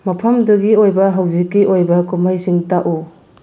ꯃꯐꯝꯗꯨꯒꯤ ꯑꯣꯏꯕ ꯍꯧꯖꯤꯛꯀꯤ ꯑꯣꯏꯕ ꯀꯨꯝꯍꯩꯁꯤꯡ ꯇꯥꯛꯎ